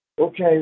Okay